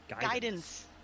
Guidance